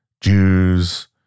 Jews